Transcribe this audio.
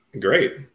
Great